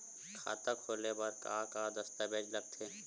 खाता खोले बर का का दस्तावेज लगथे?